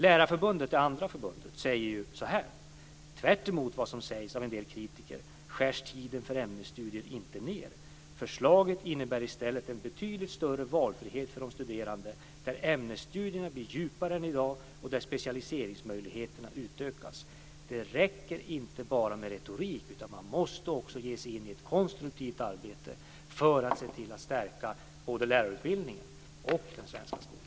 Lärarförbundet säger att tvärtemot vad som sägs av en del kritiker skärs tiden för ämnesstudier inte ned. Förslaget innebär i stället en betydligt större valfrihet för de studerande, där ämnesstudierna blir djupare än i dag och där specialiseringsmöjligheterna utökas. Det räcker inte bara med retorik, utan man måste ge sig in i ett konstruktivt arbete för att se till att stärka både lärarutbildningen och den svenska skolan.